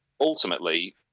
ultimately